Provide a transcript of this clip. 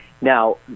Now